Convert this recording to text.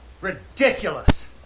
Ridiculous